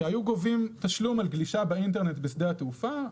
שהיו גובים תשלום על גלישה באינטרנט בשדה התעופה.